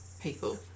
people